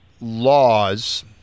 laws